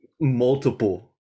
multiple